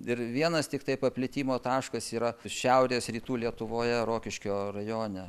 ir vienas tiktai paplitimo taškas yra šiaurės rytų lietuvoje rokiškio rajone